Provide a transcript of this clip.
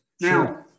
Now